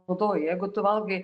naudoji jeigu tu valgai